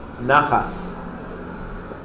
Nachas